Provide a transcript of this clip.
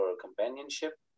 companionship